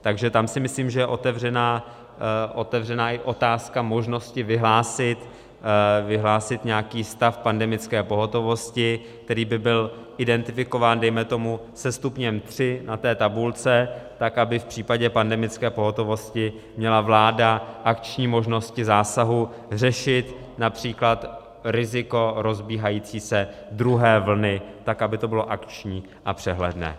Takže tam si myslím, že je otevřená i otázka možnosti vyhlásit nějaký stav pandemické pohotovosti, který by byl identifikován dejme tomu se stupněm tři na té tabulce, tak aby v případě pandemické pohotovosti měla vláda akční možnosti zásahu řešit například riziko rozbíhající se druhé vlny, aby to bylo akční a přehledné.